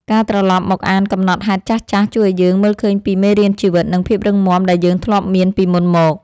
ការត្រឡប់មកអានកំណត់ហេតុចាស់ៗជួយឱ្យយើងមើលឃើញពីមេរៀនជីវិត និងភាពរឹងមាំដែលយើងធ្លាប់មានពីមុនមក។